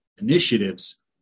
initiatives